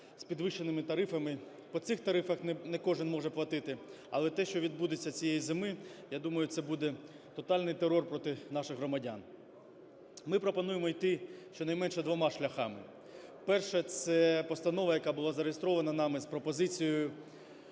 з підвищеними тарифами, по цих тарифах не кожен може платити. Але те, що відбудеться цієї зими, я думаю, це буде тотальний терор проти наших громадян, ми пропонуємо йти, щонайменше, двома шляхами. Перше. Це постанова, яка була зареєстрована нами з пропозицією